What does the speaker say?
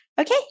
okay